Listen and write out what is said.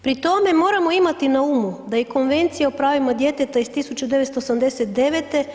Pri tome moramo imati na umu da i Konvencija o pravima djeteta iz 1989.